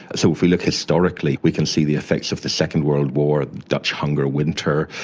so if we look historically we can see the effects of the second world war, dutch hunger winter,